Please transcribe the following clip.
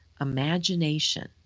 imagination